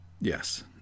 Yes